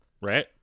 right